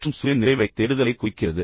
மற்றும் சுய நிறைவைத் தேடுதலை குறிக்கிறது